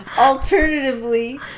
Alternatively